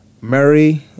Mary